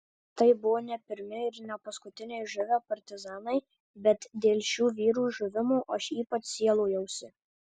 tai buvo ne pirmi ir ne paskutiniai žuvę partizanai bet dėl šių vyrų žuvimo aš ypač sielojausi